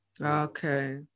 Okay